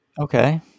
Okay